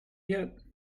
yet